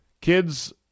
Kids